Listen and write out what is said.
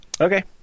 okay